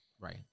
Right